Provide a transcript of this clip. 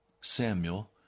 Samuel